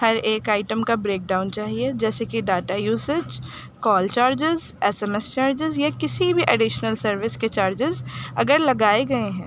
ہر ایک آئٹم کا breakdown چاہیے جیسے کہ data usage call charges S M S charges یا کسی بھی ایڈیشنل سروس کے چارجز اگر لگائے گئے ہیں